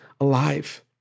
alive